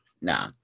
Nah